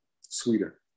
sweeter